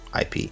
IP